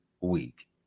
week